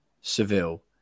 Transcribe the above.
Seville